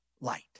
light